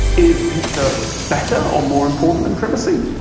is pizza better or more important than privacy.